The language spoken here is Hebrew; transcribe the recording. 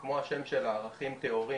מי סופג את כל העוולה בתקשורת?